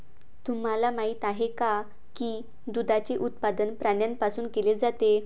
तुम्हाला माहित आहे का की दुधाचे उत्पादन प्राण्यांपासून केले जाते?